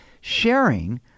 sharing